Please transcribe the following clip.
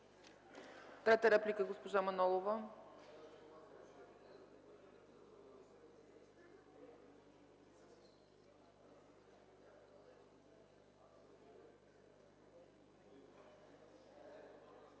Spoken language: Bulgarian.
Трета реплика – госпожа Манолова.